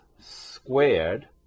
squared